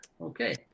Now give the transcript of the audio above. Okay